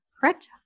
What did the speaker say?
correct